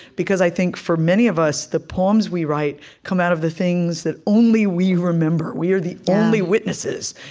because, i think, for many of us, the poems we write come out of the things that only we remember. we are the only witnesses,